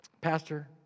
Pastor